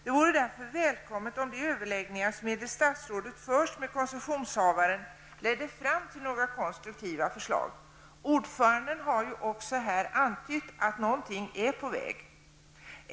Det vore därför välkommet om de överläggningar som enligt statsrådet förs med koncessionshavaren ledde fram till några konstruktiva förslag. Ordföranden har ju också här antytt att någonting är på väg.